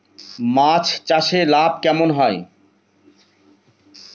মাছ চাষে লাভ কেমন হয়?